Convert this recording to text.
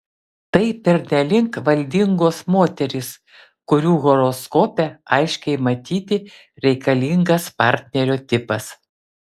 tai pernelyg valdingos moterys kurių horoskope aiškiai matyti reikalingas partnerio tipas